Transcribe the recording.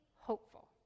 hopeful